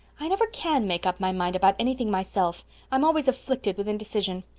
i never can make up my mind about anything myself i'm always afflicted with indecision.